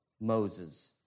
Moses